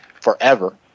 forever